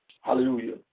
hallelujah